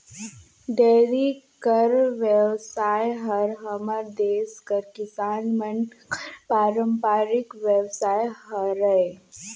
dairy कर बेवसाय हर हमर देस कर किसान मन कर पारंपरिक बेवसाय हरय